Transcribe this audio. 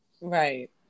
Right